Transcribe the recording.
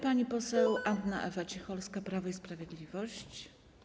Pani poseł Anna Ewa Cicholska, Prawo i Sprawiedliwość.